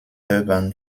urban